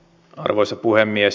arvoisa puhemies